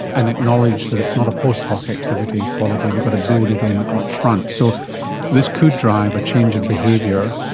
and acknowledge that it's not a post-hoc activity quality, they've got to build it in up front. so this could drive a change of behaviour.